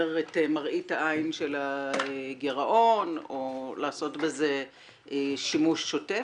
את מראית העין של הגירעון או לעשות בזה שימוש שוטף.